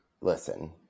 listen